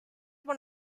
one